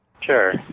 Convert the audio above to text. Sure